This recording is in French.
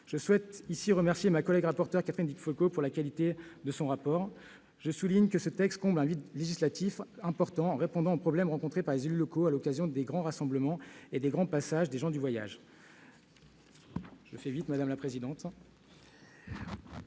Je souhaite aussi remercier ma collègue Catherine Di Folco de la qualité de son rapport. Je souligne que ce texte comble un vide législatif important, en répondant aux problèmes rencontrés par les élus locaux à l'occasion des grands rassemblements et passages des gens du voyage. Veuillez conclure,